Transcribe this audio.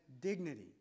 dignity